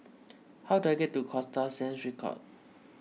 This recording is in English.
how do I get to Costa Sands